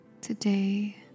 today